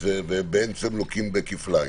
והם בעצם לוקים כפליים.